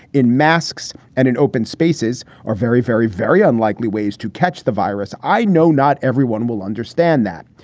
in masks and in open spaces are very, very, very unlikely ways to catch the virus. i know not everyone will understand that.